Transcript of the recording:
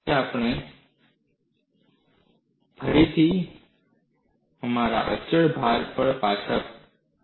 હવે આપણે ફરીથી અમારા અચળ ભાર પર પાછા જઈએ છીએ